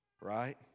right